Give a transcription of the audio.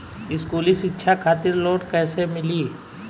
स्कूली शिक्षा खातिर लोन कैसे मिली?